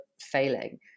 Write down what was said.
failing